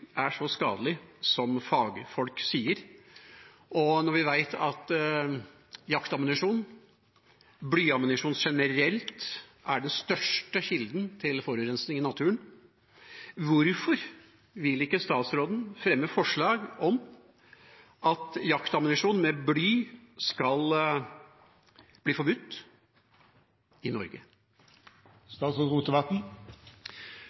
er så skadelig som fagfolk sier, og når vi veit at jaktammunisjon, blyammunisjon generelt, er den største kilden til forurensning i naturen, hvorfor vil ikke statsråden fremme forslag om at jaktammunisjon med bly skal bli forbudt i